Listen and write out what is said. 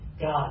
God